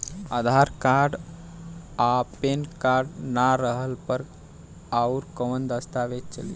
आधार card आ PAN card ना रहला पर अउरकवन दस्तावेज चली?